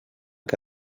que